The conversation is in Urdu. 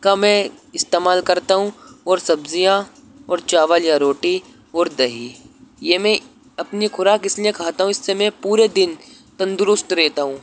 کا میں استعمال کرتا ہوں اور سبزیاں اور چاول یا روٹی اور دہی یہ میں اپنی خوراک اس لیے کھاتا ہوں اس سے میں پورے دن تندرست رہتا ہوں